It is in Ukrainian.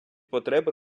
потреби